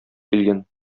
килгән